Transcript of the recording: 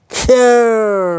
care